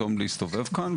פתאום להסתובב כאן.